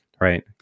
Right